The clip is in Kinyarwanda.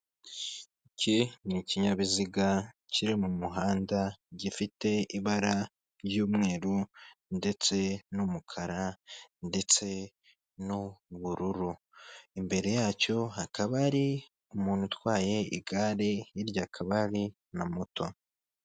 Iki ni ikinyabiziga kiri mu muhanda gifite ibara ry'umweru ndetse n'umukara ndetse n'ubururu, imbere yacyo hakaba hari umuntu utwaye igare hirya hakaba hari na moto.